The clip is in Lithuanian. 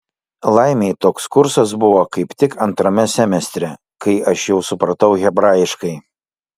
laimei toks kursas buvo kaip tik antrame semestre kai aš jau supratau hebrajiškai